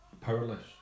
powerless